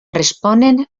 responen